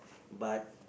but